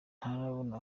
ntarabona